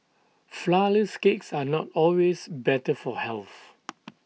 Flourless Cakes are not always better for health